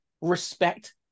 respect